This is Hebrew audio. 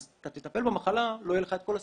אז אתה תטפל במחלה ולא יהיו לך את כל הסימפטומים.